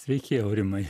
sveiki aurimai